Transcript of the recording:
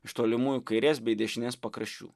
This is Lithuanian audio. iš tolimųjų kairės bei dešinės pakraščių